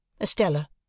Estella